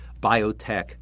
biotech